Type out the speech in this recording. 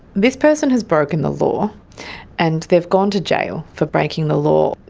this person has broken the law and they've gone to jail for breaking the law,